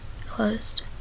closed